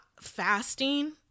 fasting